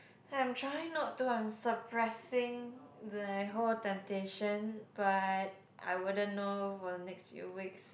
I'm trying not to I'm suppressing the whole temptation but I wouldn't know for the next few weeks